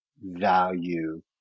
value